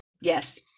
Yes